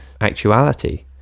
actuality